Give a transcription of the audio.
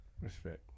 respect